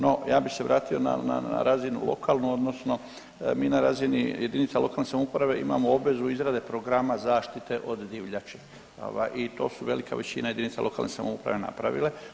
No, ja bih se vratio na razinu lokalnu, odnosno mi na razini jedinica lokalne samouprave imamo obvezu izrade programe zaštite od divljači i to su velika većina jedinica lokalne samouprave napravile.